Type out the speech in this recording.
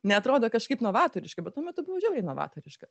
neatrodo kažkaip novatoriškai bet tuo metu buvo žiauriai novatoriška